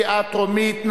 קריאה טרומית.